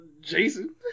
Jason